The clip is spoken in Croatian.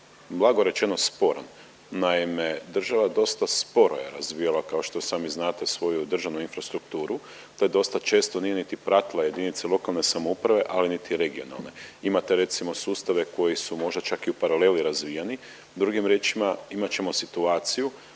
blago rečeno sporan. Naime, država dosta sporo je razvijala kao što sami znate svoju državnu infrastrukturu. To dosta često nije niti pratila jedinice lokalne samouprave, ali niti regionalne. Imate recimo sustave koji su možda čak i u paraleli razvijeni. Drugim riječima imat ćemo situaciju